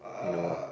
you know